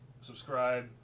subscribe